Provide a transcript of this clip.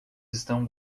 estão